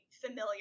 familiar